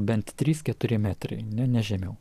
bent trys keturi metrai ne ne žemiau